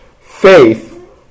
faith